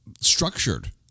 structured